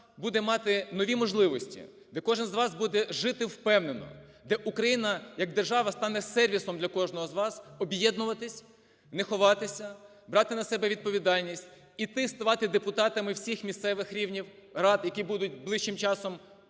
буде мати нові можливості, де кожен з вас буде жити впевнено, де Україна як держава стане сервісом для кожного з вас, об'єднуватись, не ховатися, брати на себе відповідальність, йти ставати депутатами всіх місцевих рівнів, рад, які будуть ближчим часом